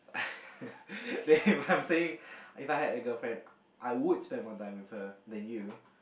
then if I'm saying If I had a girlfriend I would spend more time with her than you